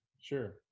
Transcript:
Sure